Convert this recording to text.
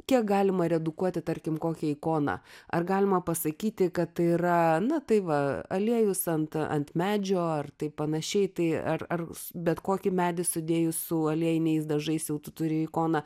kiek galima redukuoti tarkim kokią ikoną ar galima pasakyti kad tai yra na tai va aliejus ant ant medžio ar tai panašiai tai ar ar bet kokį medį sudėjus su aliejiniais dažais jau tu turi ikoną